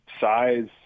size